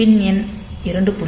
பின் எண் 2